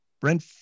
Brent